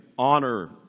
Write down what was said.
Honor